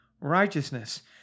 righteousness